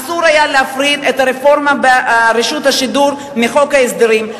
אסור היה להפריד את הרפורמה ברשות השידור מחוק ההסדרים.